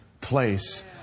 place